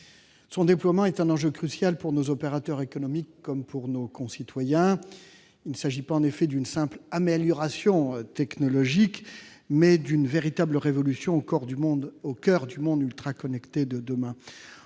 Son déploiement est un enjeu crucial pour nos opérateurs économiques comme pour nos concitoyens. Il ne s'agit pas, en effet, d'une simple amélioration technologique, mais d'une véritable révolution au coeur du monde ultra-connecté de demain.